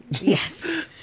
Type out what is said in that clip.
Yes